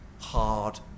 hard